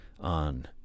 on